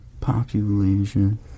population